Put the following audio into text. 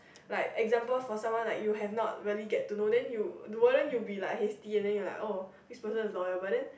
like example for someone like you have not really get to know then you wouldn't you be like hasty and then you like oh this person is loyal but then